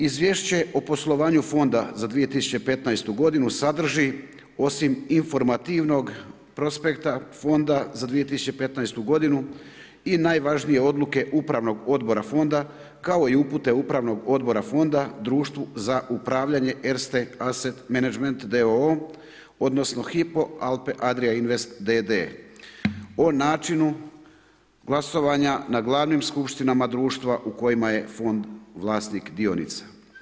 Izvješće o poslovanju Fonda za 2015. g. sadrži, osim informativnog prospekta Fonda za 2015. g. i najvažnije odluke upravnog odbora Fonda kao i upute upravnog odbora Fonda društvu za upravljanje Erste arets Management d.o.o. odnosno, Hypo Alpe Adria Invest d.d. o načinu glasovanja na glavnim skupštinama društva u kojima je fond vlasnik dionica.